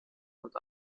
und